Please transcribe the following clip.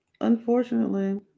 unfortunately